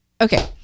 Okay